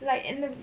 like in the